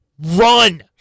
run